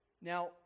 Now